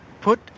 put